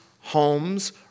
homes